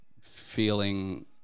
feeling